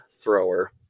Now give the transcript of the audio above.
thrower